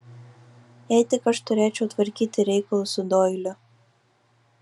jei tik aš turėčiau tvarkyti reikalus su doiliu